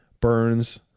burns